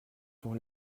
pour